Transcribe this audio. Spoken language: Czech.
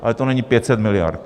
Ale to není 500 miliard.